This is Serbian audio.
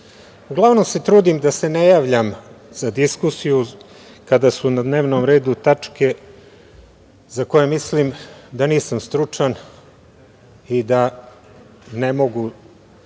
uglavnom se trudim da se ne javljam za diskusiju kada su na dnevnom redu tačke za koje mislim da nisam stručan i da ne mogu